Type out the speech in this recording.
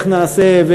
איך נעשה.